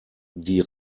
die